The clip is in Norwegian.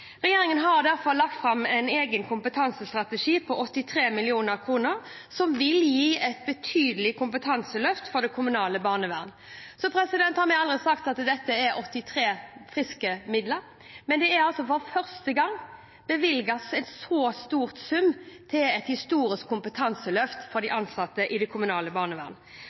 Regjeringen har derfor lagt fram en egen kompetansestrategi på 83 mill. kr, som vil gi et betydelig kompetanseløft for det kommunale barnevernet. Vi har aldri sagt at dette er 83 mill. friske kroner, men det er første gang det er bevilget en så stor sum til et historisk kompetanseløft for de ansatte i det kommunale